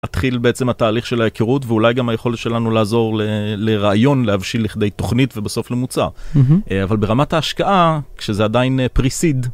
מתחיל בעצם התהליך של ההיכרות ואולי גם היכולת שלנו לעזור לרעיון להבשיל לכדי תוכנית ובסוף למוצר. אבל ברמת ההשקעה, כשזה עדיין פריסיד.